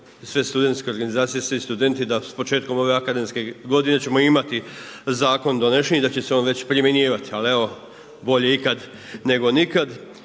sve studentske organizacije i svi studenti da s početkom ove akademske godine ćemo imati zakon donesen i da će se on već primjenjivati ali evo, bolje ikad neko nikad.